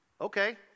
Okay